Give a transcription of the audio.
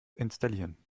installieren